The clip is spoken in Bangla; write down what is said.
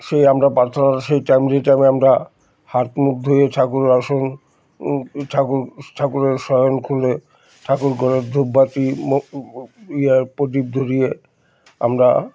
সেই আমরা পাথর সেই টাইম যেই টাইমে আমরা হাত মুখ ধুয়ে ঠাকুর আসন ঠাকুর ঠাকুরের শয়ন খুলে ঠাকুর ঘরের ধূপবাতি ম ইয়ে প্রদীপ ধরিয়ে আমরা